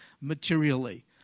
materially